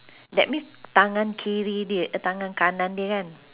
that means tangan kiri dia tangan kanan dia kan